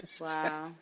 Wow